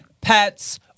pets